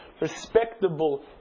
respectable